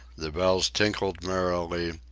the bells tinkled merrily,